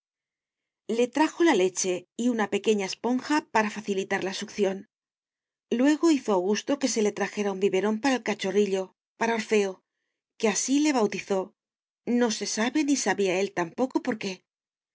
le trajo la leche y una pequeña esponja para facilitar la succión luego hizo augusto que se le trajera un biberón para el cachorrillo para orfeo que así le bautizó no se sabe ni sabía él tampoco por qué y